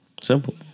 Simple